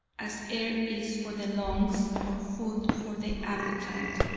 as air is for the lungs, or food for the appetite